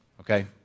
okay